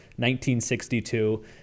1962